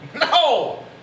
No